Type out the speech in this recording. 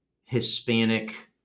Hispanic